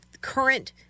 current